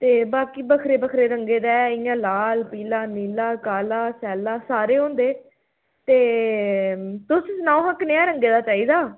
ते बाकी बक्खरे बक्खरे रंगें दा ऐ इ'यां लाल पीला नीला काला सैल्ला सारे होंदे ते तुस सनाओ हा कनेहा रंगे दा चाहिदा